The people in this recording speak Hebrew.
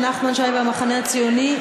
של נחמן שי והמחנה הציוני,